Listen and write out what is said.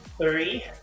Three